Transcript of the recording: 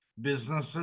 businesses